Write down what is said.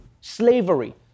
slavery